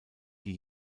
die